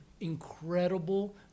incredible